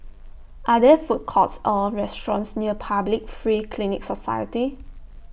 Are There Food Courts Or restaurants near Public Free Clinic Society